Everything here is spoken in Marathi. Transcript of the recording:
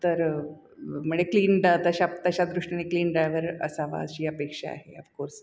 तर म्हणजे क्लीन डाय तशा तशा दृष्टीने क्लीन ड्रायवर असा वापेक्षा आहे अफकोर्स